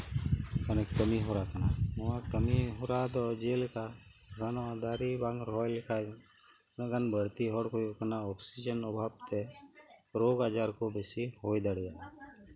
ᱢᱟᱱᱮ ᱠᱟᱢᱤᱦᱚᱨᱟ ᱠᱟᱱᱟ ᱱᱚᱣᱟ ᱠᱟᱢᱤᱦᱚᱨᱟ ᱫᱚ ᱡᱮᱞᱮᱠᱟ ᱱᱚᱜᱼᱚᱭ ᱱᱚᱣᱟ ᱫᱟᱨᱮ ᱵᱟᱝ ᱨᱚᱦᱚᱭ ᱞᱮᱠᱷᱟᱡ ᱛᱤᱱᱟᱹᱜ ᱜᱟᱱ ᱵᱟᱹᱲᱛᱤ ᱦᱚᱲ ᱠᱚ ᱦᱩᱭᱩᱜ ᱠᱟᱱᱟ ᱚᱠᱥᱤᱡᱮᱱ ᱚᱵᱟᱵ ᱛᱮ ᱨᱳᱜᱽᱼᱟᱡᱟᱨ ᱠᱚ ᱵᱤᱥᱤ ᱦᱩᱭ ᱫᱟᱲᱮᱭᱟᱜᱼᱟ